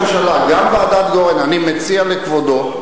אדוני ראש הממשלה, גם ועדת-גורן, אני מציע לכבודו,